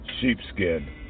sheepskin